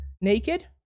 naked